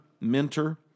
mentor